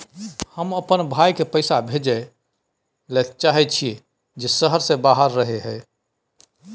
हम अपन भाई के पैसा भेजय ले चाहय छियै जे शहर से बाहर रहय हय